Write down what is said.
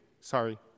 Sorry